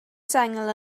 sengl